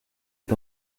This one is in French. est